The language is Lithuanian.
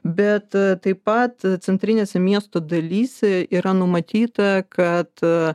bet taip pat centrinėse miesto dalyse yra numatyta kad